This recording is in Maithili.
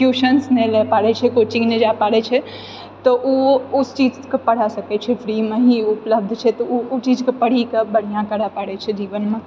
ट्यूशन्स नहि लै पारैत छै कोचिङ्ग नहि जाइ पारैत छै तऽ ओ उस चीजकऽ पढ़ै सकैत छै फ्रीमऽ ही उपलब्ध छै तऽ ओ ओ चीजकऽ पढ़िकऽ बढ़िआँ करय पड़ैत छै जीवनमऽ